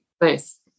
Nice